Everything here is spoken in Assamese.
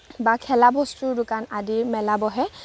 বা খেলাবস্তুৰ দোকান আদিৰ মেলা বহে